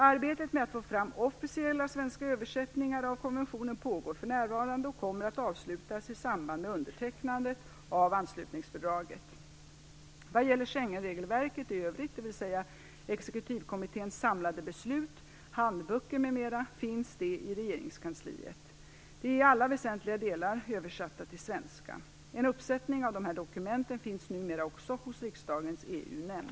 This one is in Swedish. Arbetet med att få fram officiella svenska översättningar av konventionen pågår för närvarande och kommer att avslutas i samband med undertecknandet av anslutningsfördraget. Vad gäller Schengenregelverket i övrigt, dvs. exekutivkommitténs samlade beslut, handböcker, m.m., finns det i regeringskansliet. Det är i alla väsentliga delar översatt till svenska. En uppsättning av dessa dokument finns numera också hos riksdagens EU-nämnd.